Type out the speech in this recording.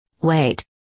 Wait